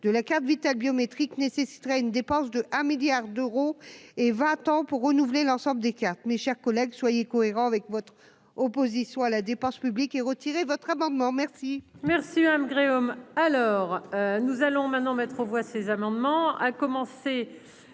de la carte Vitale biométrique nécessitera une dépense de 1 milliard d'euros et 20 ans pour renouveler l'ensemble des cartes, mes chers collègues, soyez cohérents avec votre opposition à la dépense publique et retirer votre amendement merci.